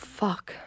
fuck